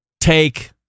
take